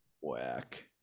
whack